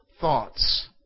thoughts